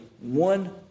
one